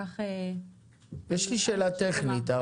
שאלה טכנית.